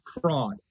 fraud